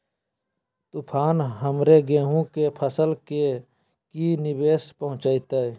तूफान हमर गेंहू के फसल के की निवेस पहुचैताय?